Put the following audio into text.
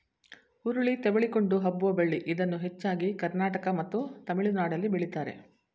ಹುರುಳಿ ತೆವಳಿಕೊಂಡು ಹಬ್ಬುವ ಬಳ್ಳಿ ಇದನ್ನು ಹೆಚ್ಚಾಗಿ ಕರ್ನಾಟಕ ಮತ್ತು ತಮಿಳುನಾಡಲ್ಲಿ ಬೆಳಿತಾರೆ